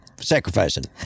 sacrificing